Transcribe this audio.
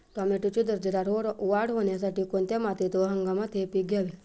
टोमॅटोची दर्जेदार वाढ होण्यासाठी कोणत्या मातीत व हंगामात हे पीक घ्यावे?